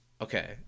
Okay